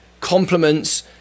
compliments